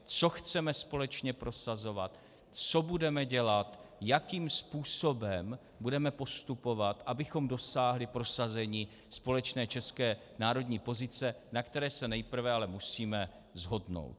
Co chceme společně prosazovat, co budeme dělat, jakým způsobem budeme postupovat, abychom dosáhli prosazení společné české národní pozice, na které se nejprve ale musíme shodnout.